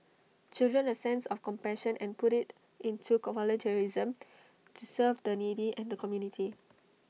children A sense of compassion and put IT into volunteerism to serve the needy and the community